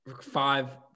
Five –